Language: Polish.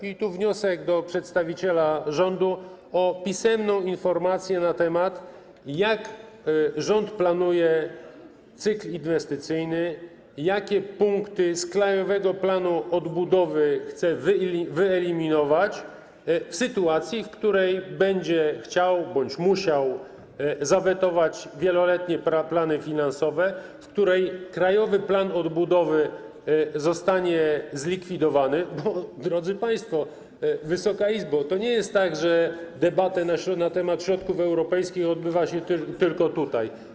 I tu - wniosek do przedstawiciela rządu o pisemną informację na temat tego, jak rząd planuje cykl inwestycyjny, jakie punkty z krajowego planu odbudowy chce wyeliminować w sytuacji, w której będzie chciał bądź musiał zawetować wieloletnie plany finansowe, w której krajowy plan odbudowy zostanie zlikwidowany, bo drodzy państwo, Wysoka Izbo, to nie jest tak, że debata na temat środków europejskich odbywa się tylko tutaj.